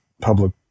public